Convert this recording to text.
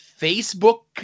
Facebook